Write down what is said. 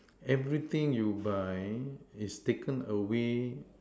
everything you buy is taken away